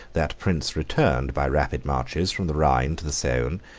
that prince returned by rapid marches from the rhine to the saone,